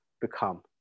become